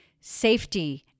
safety